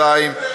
32)